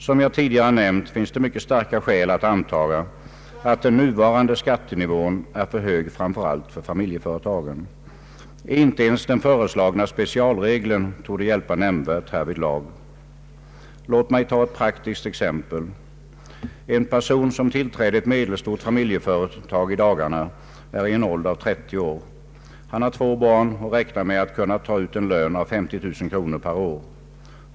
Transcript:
Som jag tidigare nämnt finns det mycket starka skäl att anta att den nuvarande skattenivån är för hög framför allt för familjeföretagen. Inte ens den föreslagna specialregeln torde hjälpa nämnvärt härvidlag, Låt mig ta ett praktiskt exempel. En person som tillträder ett medelstort familjeföretag i dagarna är i en ålder av 30 år. Han har två barn och räknar med att kunna ta ut en lön av 50 000 kronor per år.